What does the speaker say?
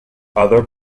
other